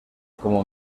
como